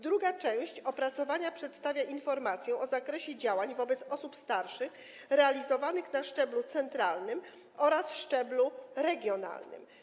Druga część opracowania przedstawia informację o zakresie działań wobec osób starszych, realizowanych na szczeblu centralnym oraz szczeblu regionalnym.